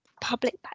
public